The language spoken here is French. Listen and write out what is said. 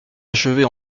achevait